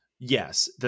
Yes